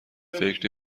فکر